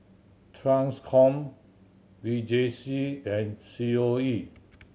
Transcom V J C and C O E